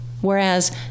whereas